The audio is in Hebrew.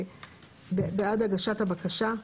בעד הגשת הבקשה.